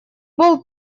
был